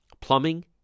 plumbing